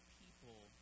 people